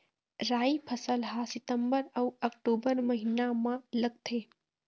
राई फसल हा सितंबर अऊ अक्टूबर महीना मा लगथे